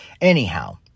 Anyhow